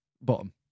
Bottom